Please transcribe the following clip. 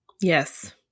Yes